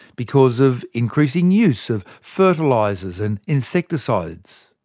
because of increasing use of fertilisers and insecticides?